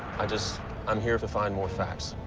i just i'm here to find more facts.